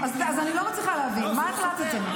אז אני לא מצליחה להבין, מה החלטתם?